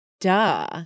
duh